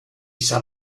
sat